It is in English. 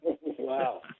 Wow